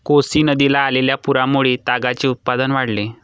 कोसी नदीला आलेल्या पुरामुळे तागाचे उत्पादन वाढले